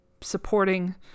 supporting